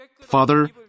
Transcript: Father